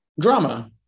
Drama